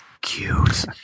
cute